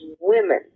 women